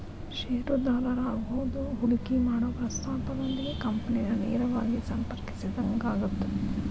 ಷೇರುದಾರರಾಗೋದು ಹೂಡಿಕಿ ಮಾಡೊ ಪ್ರಸ್ತಾಪದೊಂದಿಗೆ ಕಂಪನಿನ ನೇರವಾಗಿ ಸಂಪರ್ಕಿಸಿದಂಗಾಗತ್ತ